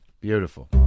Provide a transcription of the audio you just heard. beautiful